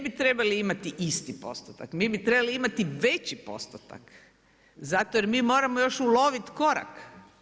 Mi ne bi trebali imati isti postotak, mi bi trebali imati veći postotak, zato jer mi moramo još uloviti korak.